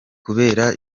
kubera